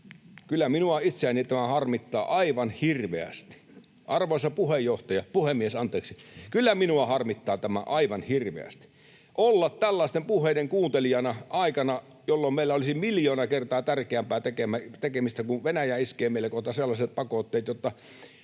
Kyllä minua itseäni tämä harmittaa aivan hirveästi. Arvoisa puhemies! Kyllä minua harmittaa tämä aivan hirveästi, olla tällaisten puheiden kuuntelijana aikana, jolloin meillä olisi miljoona kertaa tärkeämpää tekemistä, kun Venäjä iskee meille kohta sellaiset pakotteet, että